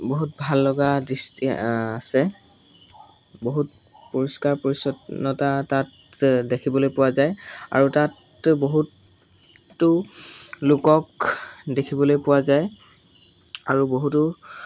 বহুত ভাল লগা দৃষ্টি আছে বহুত পৰিষ্কাৰ পৰিচ্ছন্নতা তাত দেখিবলৈ পোৱা যায় আৰু তাত বহুতো লোকক দেখিবলৈ পোৱা যায় আৰু বহুতো